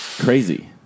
crazy